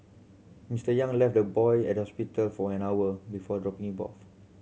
Mister Yang left the boy at the hospital for an hour before dropping him off